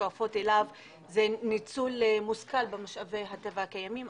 ושואפות אליו זה ניצול מושכל במשאבי הטבע הקיימים,